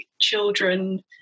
children